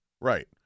Right